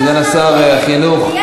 סגן שר החינוך,